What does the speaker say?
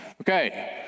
Okay